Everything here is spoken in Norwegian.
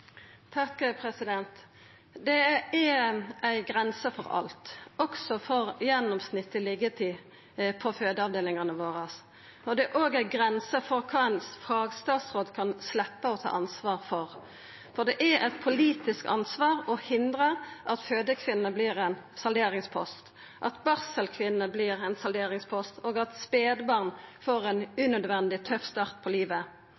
ei grense for alt, også for gjennomsnittleg liggjetid på fødeavdelingane våre. Det er òg ei grense for kva ein fagstatsråd kan sleppa å ta ansvaret for. For det er eit politisk ansvar å hindra at fødekvinner vert ein salderingspost, at barselkvinner vert ein salderingspost, og at spedbarn får ein unødvendig tøff start på livet.